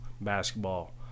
basketball